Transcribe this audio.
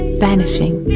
vanishing.